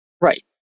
Right